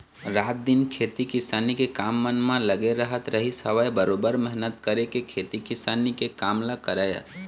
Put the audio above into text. रात दिन खेती किसानी के काम मन म लगे रहत रहिस हवय बरोबर मेहनत करके खेती किसानी के काम ल करय